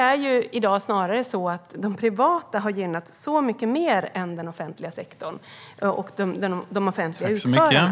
I dag har snarast de privata gynnats mycket mer än den offentliga sektorn och de offentliga utförarna.